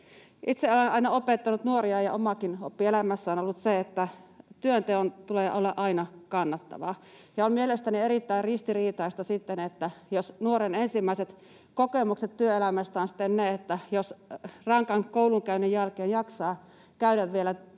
Itse olen aina opettanut nuoria ja omakin oppi elämässä on ollut se, että työnteon tulee olla aina kannattavaa. On mielestäni erittäin ristiriitaista sitten, jos nuoren ensimmäiset kokemukset työelämästä ovat sellaisia, että jos rankan koulunkäynnin jälkeen jaksaa käydä vielä töissä,